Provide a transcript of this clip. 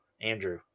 Andrew